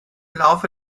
laufe